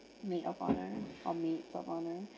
maid of honour or made of honour